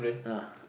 uh